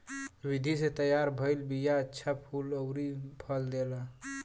विधि से तैयार भइल बिया अच्छा फूल अउरी फल देला